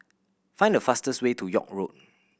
find the fastest way to York Road